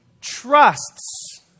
trusts